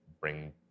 bring